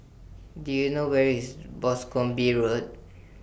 Do YOU know Where IS Boscombe Road